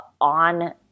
on